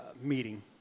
meeting